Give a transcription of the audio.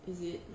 is it